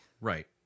Right